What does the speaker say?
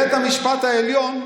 בית המשפט העליון,